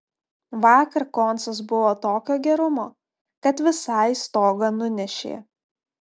vakar koncas buvo tokio gerumo kad visai stogą nunešė